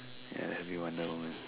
ya that'll be wonder-woman